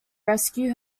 rescue